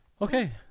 Okay